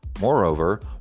Moreover